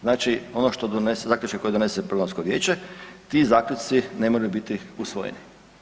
Znači ono što donese zaključak koji donose Programsko vijeće ti zaključci ne moraju biti usvojeni.